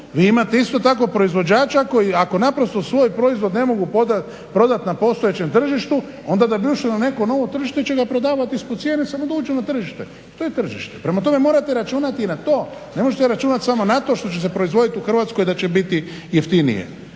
vi imate isto tako proizvođača koji ako naprosto svoj proizvod ne mogu prodat na postojećem tržištu onda da bi ušli na neko novo tržište će ga prodavat ispod cijene samo da uđe na tržište. To je tržište. Prema tome morate računati na to, ne možete računat samo na to što će se proizvodit u Hrvatskoj da će biti jeftinije.